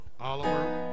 Oliver